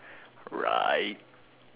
right